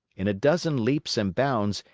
in a dozen leaps and bounds,